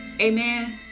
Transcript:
Amen